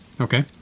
okay